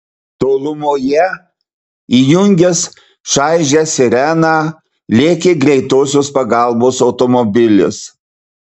tolumoje įjungęs šaižią sireną lėkė greitosios pagalbos automobilis